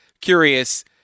Curious